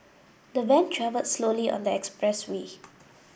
the van travelled slowly on the expressway